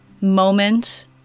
moment